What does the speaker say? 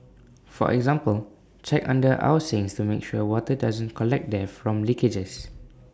for example check under our sinks to make sure water doesn't collect there from leakages